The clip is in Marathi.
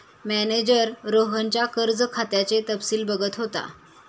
मॅनेजर रोहनच्या कर्ज खात्याचे तपशील बघत होता